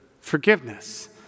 Forgiveness